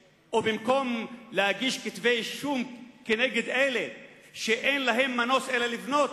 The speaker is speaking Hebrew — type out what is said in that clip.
ובמקום להגיש כתבי אישום כנגד אלה שאין להם מנוס אלא לבנות,